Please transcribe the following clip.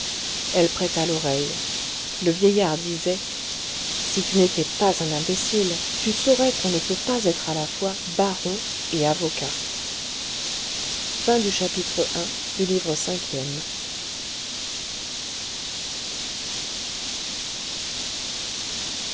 elle prêta l'oreille le vieillard disait si tu n'étais pas un imbécile tu saurais qu'on ne peut pas être à la fois baron et avocat chapitre ii